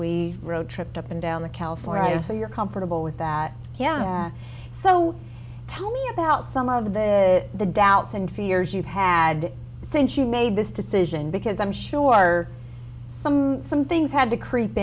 we rode tripped up and down the california so you're comfortable with that yeah so tell me about some of the doubts and fears you've had since you made this decision because i'm sure some some things had to creep